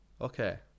Okay